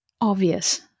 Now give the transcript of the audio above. obvious